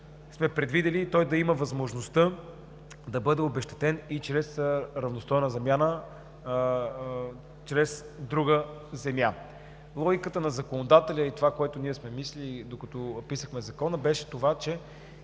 сме предвидили да има възможността да бъде обезщетен и чрез равностойна замяна с друга земя. Логиката на законодателя и това, което ние сме мислили, докато писахме Закона, беше, че